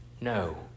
No